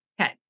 Okay